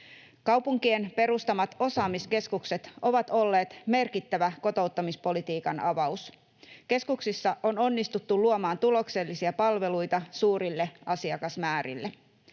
Kaupunkien perustamat osaamiskeskukset ovat olleet merkittävä kotouttamispolitiikan avaus. Keskuksissa on onnistuttu luomaan tuloksellisia palveluita suurille asiakasmäärille.